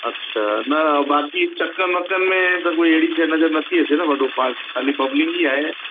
अच्छा न बाकी चकनि वकनि में त कोई अहिड़ी शइ नज़र नथी अचे वॾो पार्ट खाली बब्लिंग ई आहे